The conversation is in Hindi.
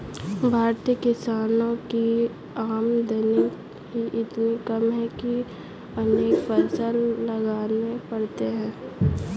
भारतीय किसानों की आमदनी ही इतनी कम है कि अनेक फसल लगाने पड़ते हैं